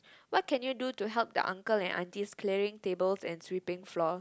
what can you do to help the uncle and aunties clearing tables and sweeping floor